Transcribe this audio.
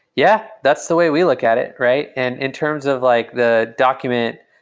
yeah, that's the way we look at it, right? and in terms of like the document,